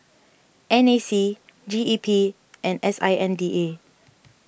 N A C G E P and S I N D A